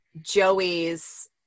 Joey's